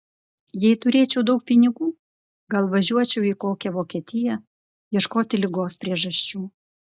jei turėčiau daug pinigų gal važiuočiau į kokią vokietiją ieškoti ligos priežasčių